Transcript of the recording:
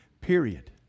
period